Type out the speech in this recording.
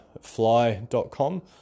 fly.com